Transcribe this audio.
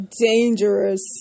dangerous